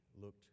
looked